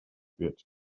wird